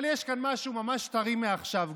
אבל יש כאן משהו ממש טרי, מעכשיו.